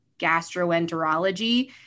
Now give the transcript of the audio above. gastroenterology